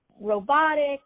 robotics